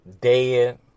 dead